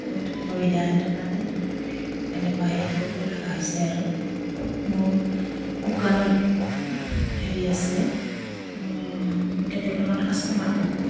বহুত অসুবিধা সেইটোৰ কাৰণে এনেকুৱা হেৰি কৰিব লগা হৈছে আৰু মোৰ দোকানত হেৰি আছে তো এতিয়া বৰ্তমান কাষ্টমাৰ বহুত